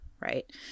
right